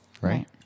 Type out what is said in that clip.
Right